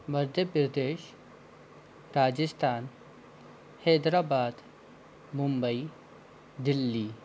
Madhya Pradesh Rajasthan Hyderabad Mumbai Delhi